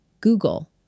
Google